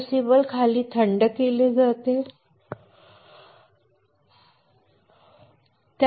crucible खाली थंड केले जाते क्रूसिबल खाली थंड केले जाते